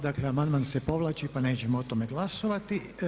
Dakle, amandman se povlači pa nećemo o tome glasovati.